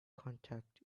contact